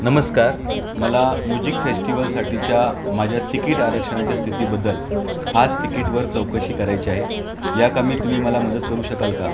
नमस्कार मला मुजीक फेश्टिवलसाठीच्या माझ्या तिकीट आरक्षणाच्या स्थितीबद्दल फास्टतिकीटवर चौकशी करायची आहे या कामी तुम्ही मला मदत करू शकाल का